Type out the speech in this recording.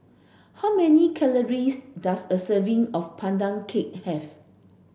how many calories does a serving of Pandan cake have